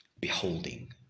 beholding